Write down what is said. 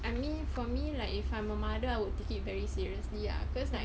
I mean for me like if I'm a mother I would take it very seriously ah cause like